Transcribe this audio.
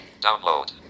Download